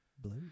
Blue